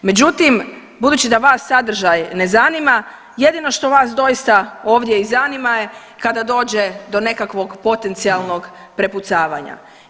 Međutim, budući da vas sadržaj ne zanima, jedino što vas doista ovdje i zanima je kada dođe do nekakvog potencijalnog prepucavanja.